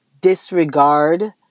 disregard